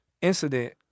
incident